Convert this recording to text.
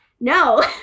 No